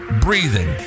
breathing